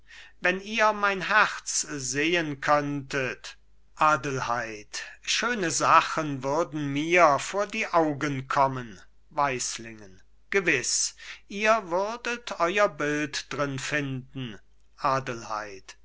wenn ihr mein herz sehen könntet adelheid schöne sachen würden mir vor die augen kommen weislingen gewiß ihr würdet euer bild drin finden adelheid